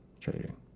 trading